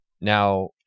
Now